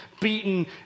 beaten